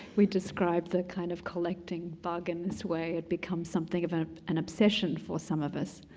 we describe that kind of collecting bug in this way, it becomes something of an an obsession for some of us.